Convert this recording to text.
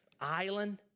island